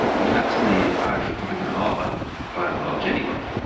i mean, that's in the irish republican heartland by and large anyway,